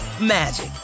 magic